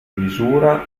misura